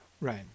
Right